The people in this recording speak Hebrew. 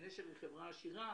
חברה עשירה